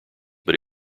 but